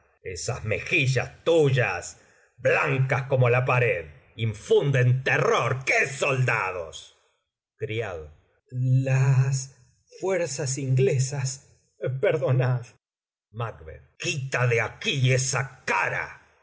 esas mejillas tuyas blancas como la pared infunden terror qué soldados criado las fuerzas inglesas perdonad macb quita de aquí esa cara